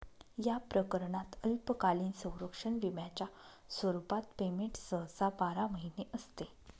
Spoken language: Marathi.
या प्रकरणात अल्पकालीन संरक्षण विम्याच्या स्वरूपात पेमेंट सहसा बारा महिने असते